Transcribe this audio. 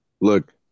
Look